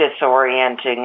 disorienting